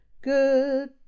good